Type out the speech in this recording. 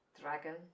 dragon